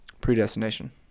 Predestination